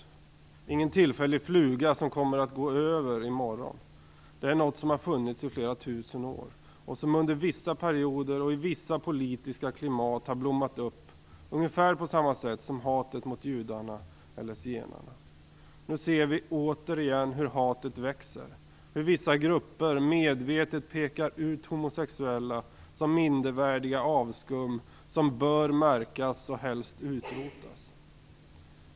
Det är ingen tillfällig fluga som går över i morgon, utan det är något som har funnits i flera tusen år och som under vissa perioder och i vissa politiska klimat har blommat upp, ungefär på samma sätt som hatet mot judarna eller hatet mot zigenarna. Nu ser vi återigen hur hatet växer, hur vissa grupper medvetet pekar ut homosexuella som mindervärdiga avskum som bör märkas och helst utrotas.